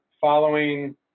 following